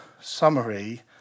summary